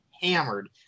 hammered